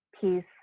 peace